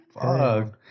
Fuck